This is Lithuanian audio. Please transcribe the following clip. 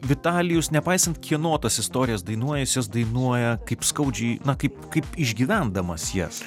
vitalijus nepaisant kieno tas istorijas dainuoja jis jas dainuoja kaip skaudžiai na kaip kaip išgyvendamas jas